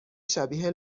شبیه